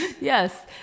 yes